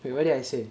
what did I say